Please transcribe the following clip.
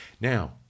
now